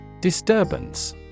Disturbance